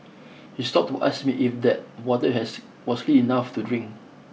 he stopped to ask me if that water has was clean enough to drink